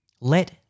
Let